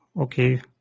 Okay